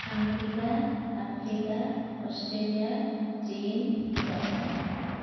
America Africa Australia China Japan